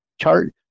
chart